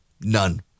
none